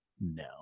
no